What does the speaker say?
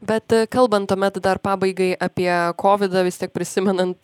bet kalbant tuomet dar pabaigai apie kovidą vis tiek prisimenant